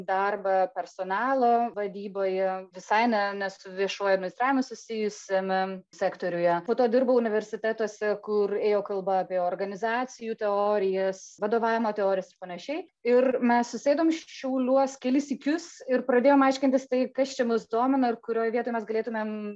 darbą personalo vadyboje visai ne ne su viešuoju administravimu susijusiame sektoriuje po to dirbau universitetuose kur ėjo kalba apie organizacijų teorijas vadovavimo teorijas ir panašiai ir mes susėdom š šiauliuos kelis sykius ir pradėjom aiškintis tai kas čia mus domina ir kurioj vietoj mes galėtumėm